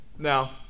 Now